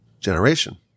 generation